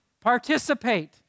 Participate